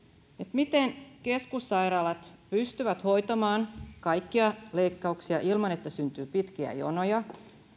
miten keskussairaalat pystyvät hoitamaan kaikkia leikkauksia ilman että syntyy pitkiä jonoja